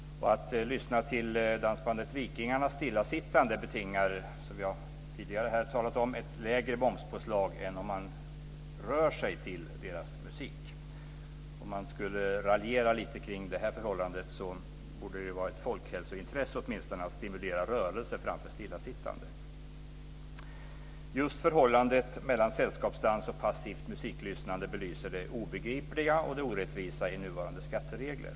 Att lyssna till dansbandet Vikingarna stillasittande betingar, som vi tidigare har talat om, ett lägre momspåslag än att röra sig till deras musik. Om man ska raljera kring detta förhållande, borde det ju vara ett folkhälsointresse att stimulera rörelse framför stillasittande. Just förhållandet mellan sällskapsdans och passivt musiklyssnande belyser det obegripliga och orättvisa i nuvarande skatteregler.